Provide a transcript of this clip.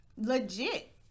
legit